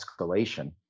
escalation